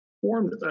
Formed